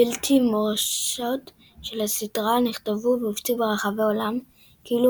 בלתי־מורשות של הסדרה נכתבו והופצו ברחבי העולם – כאלו